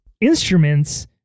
instruments